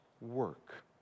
work